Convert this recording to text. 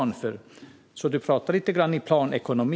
Som det låter för mig pratar du lite grann om planekonomi.